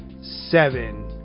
seven